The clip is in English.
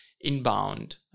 inbound